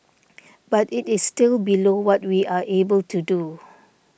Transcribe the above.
but it is still below what we are able to do